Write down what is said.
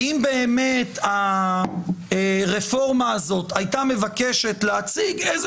ואם באמת הרפורמה הזאת הייתה מבקשת להציג איזה